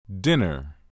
dinner